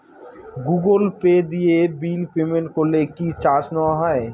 Google pay দিয়ে bill payment করলে কি চার্জ নেওয়া হয়?